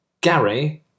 Gary